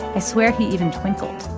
i swear he even twinkled.